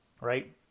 right